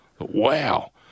Wow